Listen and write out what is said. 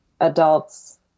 adults